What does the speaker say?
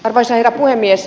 arvoisa herra puhemies